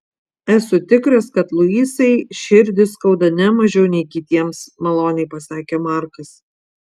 esu tikras kad luisai širdį skauda ne mažiau nei kitiems maloniai pasakė markas